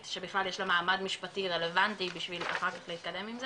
שבכלל יש לה מעמד משפטי רלבנטי בשביל להתקדם עם זה,